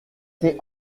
été